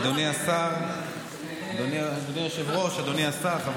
הודעה ליושב-ראש ועדת הכנסת, חבר